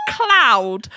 cloud